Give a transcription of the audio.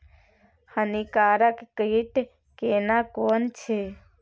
हानिकारक कीट केना कोन छै?